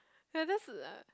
ya that's a uh